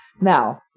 now